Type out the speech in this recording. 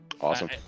Awesome